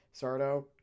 Sardo